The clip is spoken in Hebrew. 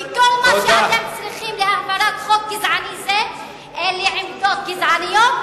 כי כל מה שאתם צריכים להעברת חוק גזעני אלה עמדות גזעניות,